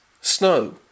Snow